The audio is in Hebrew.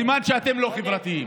סימן שאתם לא חברתיים,